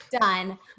done